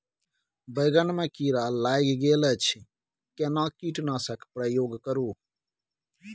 बैंगन में कीरा लाईग गेल अछि केना कीटनासक के प्रयोग करू?